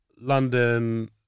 London